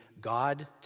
God